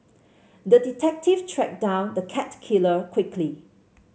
the detective tracked down the cat killer quickly